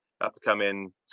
upcoming